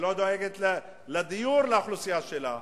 שלא דואגת לדיור לאוכלוסייה שלה,